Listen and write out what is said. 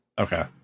Okay